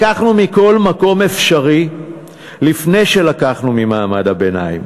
לקחנו מכל מקום אפשרי לפני שלקחנו ממעמד הביניים.